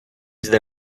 zde